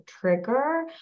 trigger